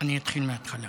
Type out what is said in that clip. אתחיל מהתחלה.